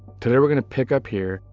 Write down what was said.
today we're going to pick up here,